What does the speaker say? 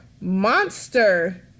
monster